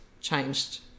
changed